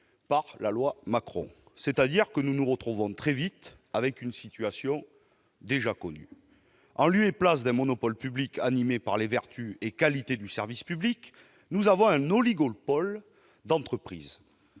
par la loi Macron. Nous nous retrouvons très vite avec une situation déjà connue : en lieu et place d'un monopole public animé par les vertus et qualités du service public, nous avons un oligopole d'entreprises.